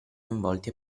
coinvolti